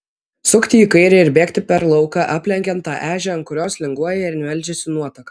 sukti į kairę ir bėgti per lauką aplenkiant tą ežią ant kurios linguoja ir meldžiasi nuotaka